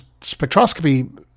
spectroscopy